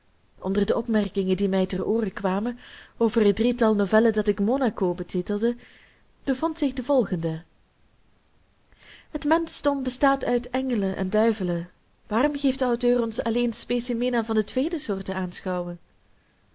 onder de opmerkingen die mij ter ooren kwamen over het drietal novellen dat ik monaco betitelde bevond zich de volgende het menschdom bestaat uit engelen en duivelen waarom geeft de auteur ons alleen specimina van de tweede soort te aanschouwen